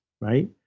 right